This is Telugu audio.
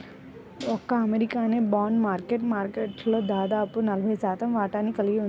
ఒక్క అమెరికానే బాండ్ మార్కెట్ మార్కెట్లో దాదాపు నలభై శాతం వాటాని కలిగి ఉంది